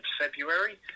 February